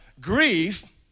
grief